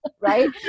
Right